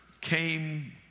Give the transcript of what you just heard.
came